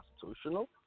constitutional